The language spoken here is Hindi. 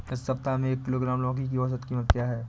इस सप्ताह में एक किलोग्राम लौकी की औसत कीमत क्या है?